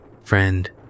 Friend